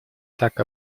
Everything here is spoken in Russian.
так